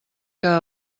que